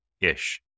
ish